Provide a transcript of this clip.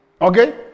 Okay